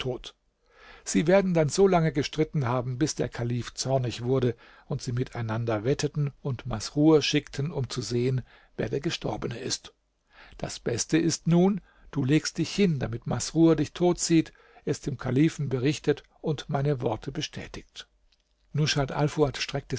sie werden dann so lange gestritten haben bis der kalif zornig wurde und sie miteinander wetteten und masrur abschickten um zu sehen wer der gestorbene ist das beste ist nun du legst dich hin damit masrur dich tot sieht es dem kalifen berichtet und meine worte bestätigt rushat alfuad streckte